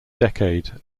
decade